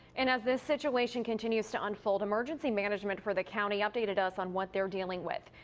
and as this situation continues to unfold. emergency management for the county updated us on what they are dealing with.